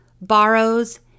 borrows